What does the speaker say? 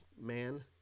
Man